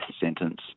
sentence